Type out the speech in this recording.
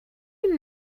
you